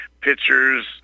pictures